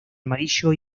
amarillo